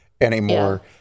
anymore